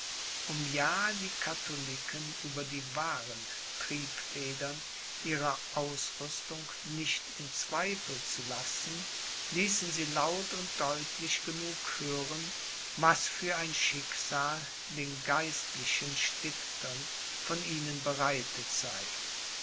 um ja die katholiken über die wahren triebfedern ihrer ausrüstung nicht in zweifel zu lassen ließen sie laut und deutlich genug hören was für ein schicksal den geistlichen stiftern von ihnen bereitet sei